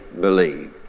believe